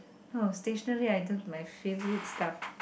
oh stationary items my favourite stuff